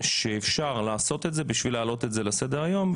שאפשר לעשות את זה בשביל להעלות את זה לסדר היום,